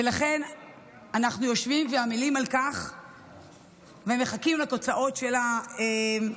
ולכן אנחנו יושבים ועמלים על כך ומחכים לתוצאות של העבודה.